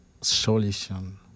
solution